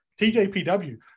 TJPW